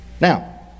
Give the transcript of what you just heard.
Now